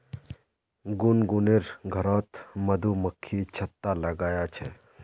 गुनगुनेर घरोत मधुमक्खी छत्ता लगाया छे